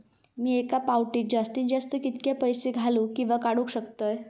मी एका फाउटी जास्तीत जास्त कितके पैसे घालूक किवा काडूक शकतय?